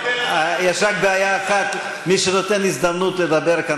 יש רק בעיה אחת: מי שנותן הזדמנות לדבר כאן,